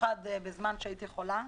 במיוחד בזמן שהייתי חולה.